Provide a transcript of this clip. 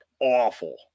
awful